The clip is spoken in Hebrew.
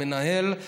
המנהל,